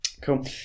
Cool